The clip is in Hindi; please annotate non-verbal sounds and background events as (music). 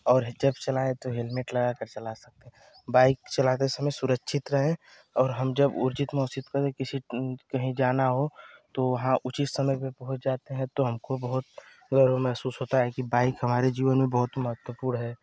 और जब चलाएँ तो हेलमेट लगाकर चला सकते हैं बाइक चलाते समय सुरक्षित रहें और हम जब उचित (unintelligible) पर या किसी कहीं जाना हो तो वहाँ उचित समय पर पहुँच जाते हैं तो हमको बहुत गर्व महसूस होता है कि बाइक हमारे जीवन में बहुत महत्वपूर्ण है